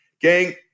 Gang